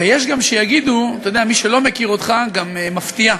ויש גם שיגידו, מי שלא מכיר אותך, גם מפתיעה.